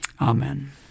amen